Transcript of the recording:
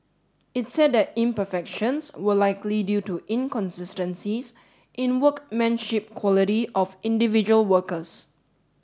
it said that imperfections were likely due to inconsistencies in workmanship quality of individual workers